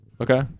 Okay